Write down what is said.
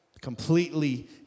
Completely